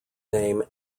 name